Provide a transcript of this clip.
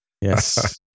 yes